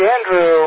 Andrew